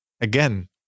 again